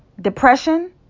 Depression